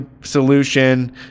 solution